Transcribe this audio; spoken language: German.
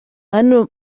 einen